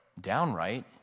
downright